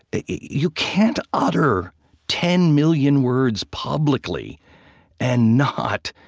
you can't utter ten million words publically and not